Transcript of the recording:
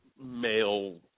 male